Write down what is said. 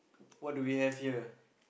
what do we have here